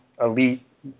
elite